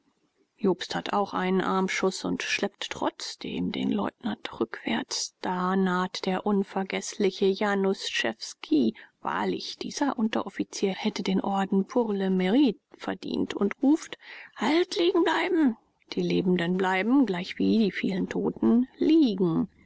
jobst hat auch einen armschuß und schleppt trotzdem den leutnant rückwärts da naht der unvergeßliche januschewski wahrlich dieser unteroffizier hätte den orden pour le mrite verdient und ruft halt liegen bleiben die lebenden bleiben gleichwie die vielen toten liegen